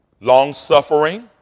long-suffering